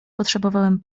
potrzebowałem